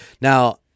Now